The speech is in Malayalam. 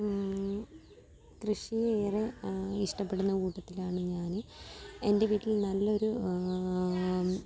കൃഷിയെ ഏറെ ഇഷ്ടപ്പെടുന്ന കൂട്ടത്തിലാണ് ഞാൻ എൻ്റെ വീട്ടിൽ നല്ലൊരു